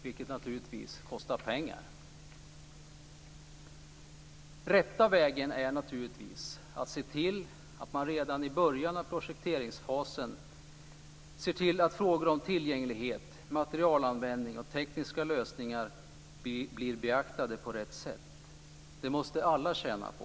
Det kostar naturligtvis pengar. Den rätta vägen är naturligtvis att redan i början av projekteringsfasen se till att frågor om tillgänglighet, materialanvändning och tekniska lösningar blir beaktade på rätt sätt. Det måste alla tjäna på.